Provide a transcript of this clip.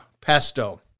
pesto